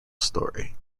story